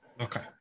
okay